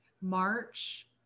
March